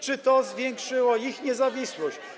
czy to zwiększyło ich niezawisłość.